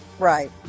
right